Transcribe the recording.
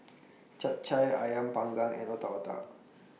Chap Chai Ayam Panggang and Otak Otak